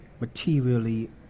materially